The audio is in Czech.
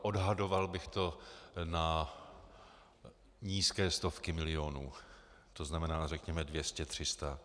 Odhadoval bych to na nízké stovky milionů, to znamená řekněme 200 až 300.